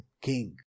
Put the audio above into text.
king